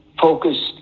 focused